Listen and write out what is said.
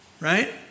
right